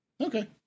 Okay